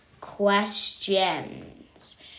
questions